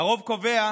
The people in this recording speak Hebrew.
הרוב קובע